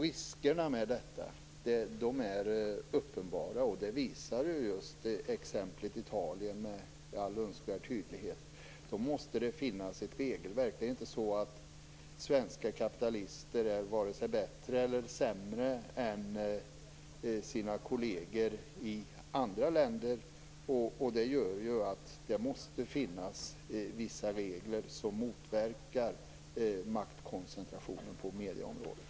Riskerna med detta är uppenbara, vilket just exemplet Italien visar med all önskvärd tydlighet. Därför måste det finnas ett regelverk. Det är inte så att svenska kapitalister är vare sig bättre eller sämre än deras kolleger i andra länder. Det gör att det måste finnas vissa regler som motverkar maktkoncentrationen på medieområdet.